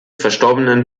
verstorbenen